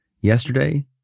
yesterday